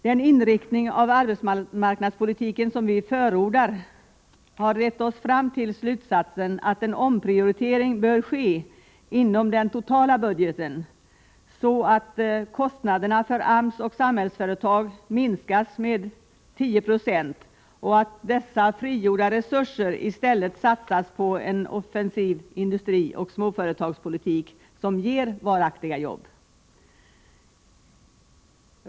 Den inriktning av arbetsmarknadspolitiken som vi förordar har lett oss fram till slutsatsen att en omprioritering bör ske inom den totala budgeten sa, att kostnaderna för AMS och Samhällsföretag minskas med 10 & och att dessa frigjorda resurser i stället satsas på en offensiv industrioch småföretagspolitik som ger varaktiga jobb.